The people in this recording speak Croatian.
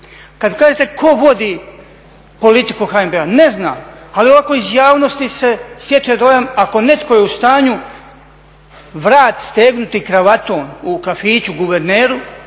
Kada gledate tko voditi politiku HNB-a ne zna ali ovako iz javnosti se stječe dojam ako je netko u stanju vrat stegnuti kravatom u kafiću guverneru